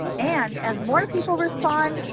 and as more people respond,